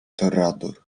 toreador